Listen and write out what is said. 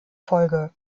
folge